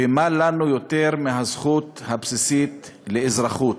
ומה לנו יותר מהזכות הבסיסית לאזרחות.